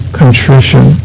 contrition